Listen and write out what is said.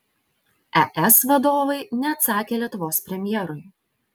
es vadovai neatsakė lietuvos premjerui